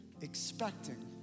expecting